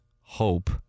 hope—